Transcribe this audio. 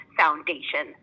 foundation